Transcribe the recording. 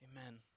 Amen